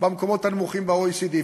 במקומות הנמוכים ב-OECD.